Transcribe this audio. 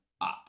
up